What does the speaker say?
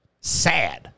Sad